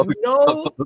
no